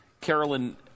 Carolyn